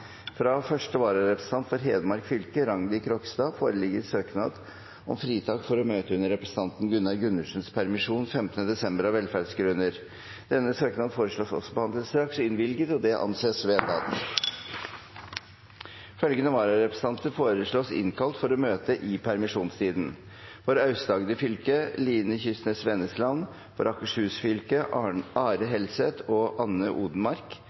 Fra første vararepresentant for Hedmark fylke, Rangdi Krogstad , foreligger søknad om fritak for å møte under representanten Gunnar Gundersens permisjon den 15. desember, av velferdsgrunner. Etter forslag fra presidenten ble enstemmig besluttet: Søknaden behandles straks og innvilges. Følgende vararepresentanter innkalles for å møte i permisjonstiden: For Aust-Agder fylke: Line Kysnes Vennesland For Akershus fylke: Are Helseth og Anne Odenmarck